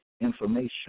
information